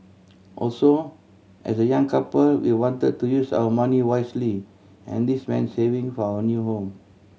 also as a young couple we wanted to use our money wisely and this meant saving for our new home